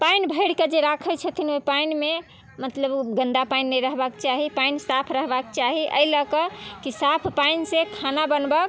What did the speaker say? पानि भरिके जे राखैत छथिन ओ पानिमे मतलब ओ गन्दा पानि नहि रहबाक चाही पानि साफ रहबाके चाही एहि लऽ के की साफ पानि से खाना बनबऽके